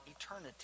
eternity